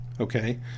okay